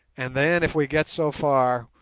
and then, if we get so far,